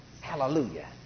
Hallelujah